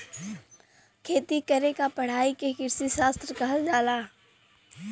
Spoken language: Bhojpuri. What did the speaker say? खेती करे क पढ़ाई के कृषिशास्त्र कहल जाला